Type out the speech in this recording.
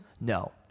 No